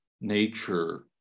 nature